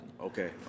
Okay